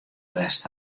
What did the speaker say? west